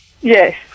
Yes